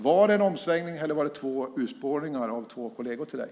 Var det en omsvängning, eller var det två urspårningar av två kolleger till dig?